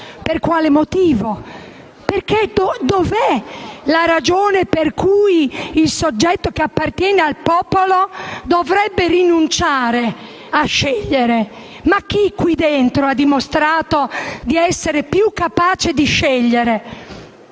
Per quale motivo? Dov'è la ragione per cui il soggetto che appartiene al popolo dovrebbe rinunciare a scegliere? Qui dentro chi ha dimostrato di essere più capace di scegliere?